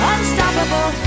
Unstoppable